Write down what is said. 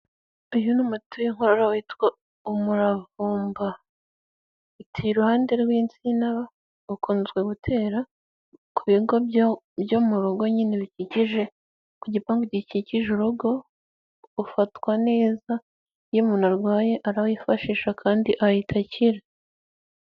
Uyu ni umuto w'inkorora witwa umuravumba, uteye iruhande rw'insina, ukunze guterwa ku bigo byo mu rugo nyine bikigeje ku gipandu gikikije urugo, ufatwa neza iyo umuntu arwaye arawifashisha kandi ahita akira.